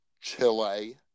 Chile